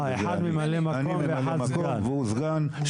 אני ממלא מקום והוא סגן.